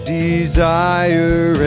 desire